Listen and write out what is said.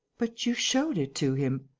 but you showed it to him.